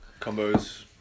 combos